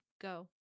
go